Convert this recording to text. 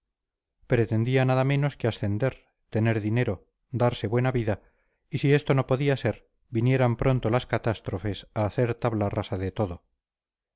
pretendía nada menos que ascender tener dinero darse buena vida y si esto no podía ser vinieran pronto las catástrofes a hacer tabla rasa de todo